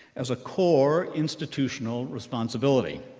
as a core institutional responsibility,